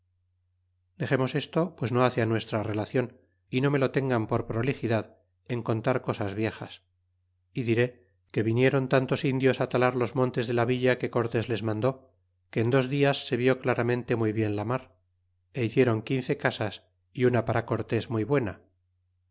dexemos esto pues no hace á nuestra retador y no me lo tengan por prolixidad en contar cosas viejas y diré que vinieron tantos indios á talar los montes de la villa que cortés les mandó que en dos dias se vi claramente muy bien jamar é hicieron quince casas y una para cortes muy buena